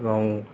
এবং